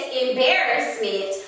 embarrassment